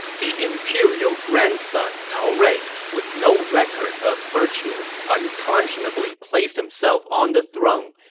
the imperial grandson, cao rui, with no record of virtue, unconscionably placed himself on the throne,